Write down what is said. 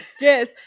Yes